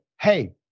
hey